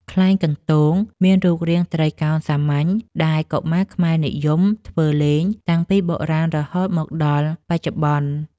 ខ្លែងកន្ទោង មានរូបរាងត្រីកោណសាមញ្ញ ដែលកុមារខ្មែរនិយមធ្វើលេងតាំងពីបុរាណរហូតមកដល់បច្ចុប្បន្ន។